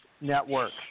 network